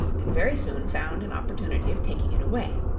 and very soon found an opportunity of taking it away.